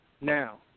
Now